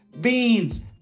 beans